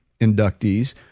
inductees